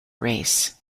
race